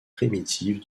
primitive